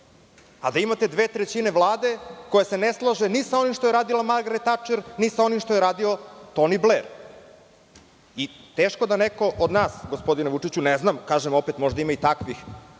a da imate dve trećine Vlade koja se ne slaže ni sa ovim što je radila Margaret Tačer, ni sa onim što je radio Toni Bler. Teško da neko od nas, gospodine Vučiću, ne znam, opet, možda ima i takvih,